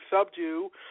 subdue